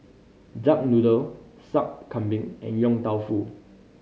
duck noodle Sup Kambing and Yong Tau Foo